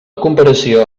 comparació